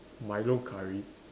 Milo curry